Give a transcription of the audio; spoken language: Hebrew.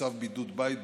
בצו בידוד בית,